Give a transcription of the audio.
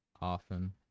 Often